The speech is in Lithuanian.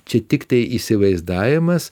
čia tiktai įsivaizdavimas